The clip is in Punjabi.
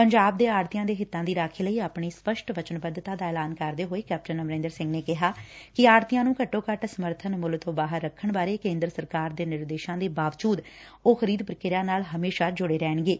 ਪੰਜਾਬ ਦੇ ਆੜ੍ਤੀਆਂ ਦੇ ਹਿੱਤਾਂ ਦੀ ਰਾਖੀ ਲਈ ਆਪਣੀ ਸਪੱਸ਼ਟ ਵਚਨਬੱਧਤਾ ਦਾ ਐਲਾਨ ਕਰਦੇ ਹੋਏ ਕੈਪਟਨ ਅਮਰਿੰਦਰ ਸਿੰਘ ਨੇ ਕਿਹਾ ਕਿ ਆਕੁਤੀਆ ਨੰ ਘੱਟੋ ਘੱਟ ਸਮਰਥਨ ਮੁੱਲ ਤੋ ਬਾਹਰ ਰੱਖਣ ਬਾਰੇ ਕੇਦਰ ਸਰਕਾਰ ਦੇ ਨਿਰਦੇਸਾ ਦੇ ਬਾਵਜੁਦ ਉਹ ਖਰੀਦ ਪ੍ਕਿਰਿਆ ਨਾਲ ਹਮੇਸ਼ਾ ਜੁੜੇ ਰਹਿਣਗੇ